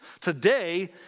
Today